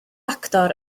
actor